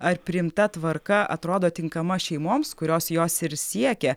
ar priimta tvarka atrodo tinkama šeimoms kurios jos ir siekia